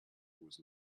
was